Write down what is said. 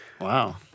Wow